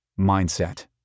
mindset